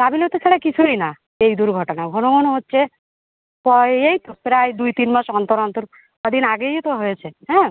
গাফিলতি ছাড়া কিছুই না এই দুর্ঘটনা ঘন ঘন হচ্ছে পয় এই তো প্রায় দুই তিন মাস অন্তর অন্তর কদিন আগেই তো হয়েছে হ্যাঁ